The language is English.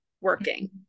working